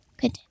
Good